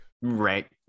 Right